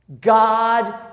God